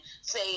say